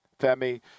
Femi